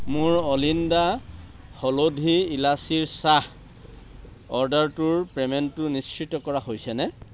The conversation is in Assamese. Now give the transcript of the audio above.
মোৰ অলিণ্ডা হালধি ইলাচিৰ চাহ অৰ্ডাৰটোৰ পে'মেণ্টটো নিশ্চিত কৰা হৈছেনে